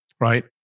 right